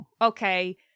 Okay